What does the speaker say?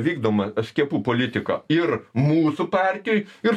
vykdoma skiepų politika ir mūsų partijoj ir